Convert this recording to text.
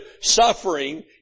Suffering